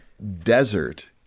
Desert